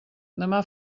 demà